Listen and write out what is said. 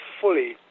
fully